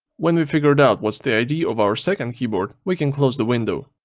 when we figured out what's the id of our second keyboard we can close the window.